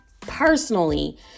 personally